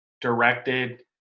directed